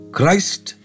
Christ